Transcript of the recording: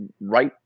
right